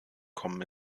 kommen